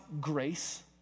grace